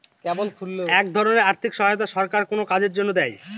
এক ধরনের আর্থিক সহায়তা সরকার কোনো কাজের জন্য দেয়